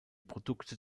produkte